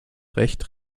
recht